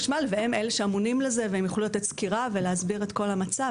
הם אלה שאמונים לזה; הם יוכלו לתת סקירה ולהסביר את כל המצב.